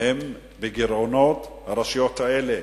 הן בגירעונות, הרשויות האלה,